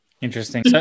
interesting